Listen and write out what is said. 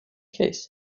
case